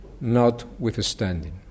Notwithstanding